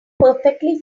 perfectly